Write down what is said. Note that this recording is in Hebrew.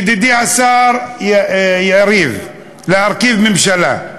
ידידי השר יריב, להרכיב ממשלה.